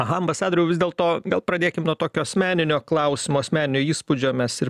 aha ambasadoriau vis dėlto gal pradėkim nuo tokio asmeninio klausimo asmeninio įspūdžio mes ir